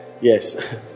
yes